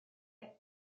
est